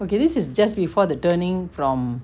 okay this is just before the turn in from